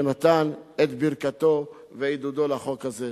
שנתן את ברכתו ועידודו לחוק הזה.